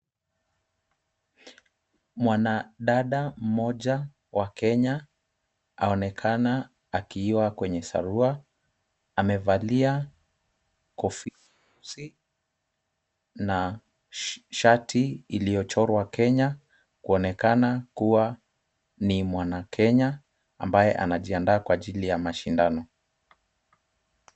Mwanadada mmoja wa kenya, aonekana akiwa kwenye sarua. Amevalia kofia nyeusi na shati iliyochorwa kenya, kuonekana kuwa ni mwana kenya ambaye anajiandaa kwa ajili ya mashindano.